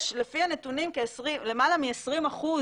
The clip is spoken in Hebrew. יש לפי הנותנים למעלה מעשרים אחוז